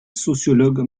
sociologue